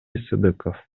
сыдыков